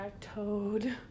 toad